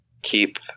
keep